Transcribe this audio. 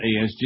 ASG